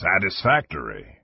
Satisfactory